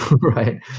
right